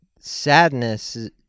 sadness